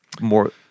More